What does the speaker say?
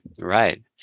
Right